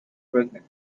pregnant